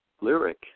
lyric